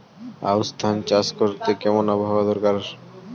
আউশ ধান চাষ করতে কেমন আবহাওয়া দরকার?